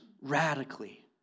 radically